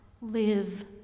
live